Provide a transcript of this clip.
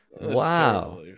Wow